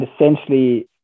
essentially